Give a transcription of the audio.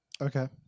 okay